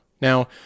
Now